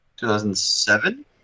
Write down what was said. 2007